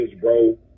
bro